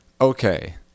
Okay